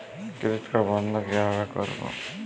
Credit card বন্ধ কিভাবে করবো?